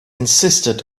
insisted